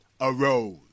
arose